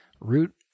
root